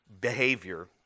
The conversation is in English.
behavior